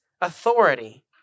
authority